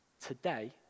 Today